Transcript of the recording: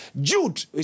Jude